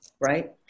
right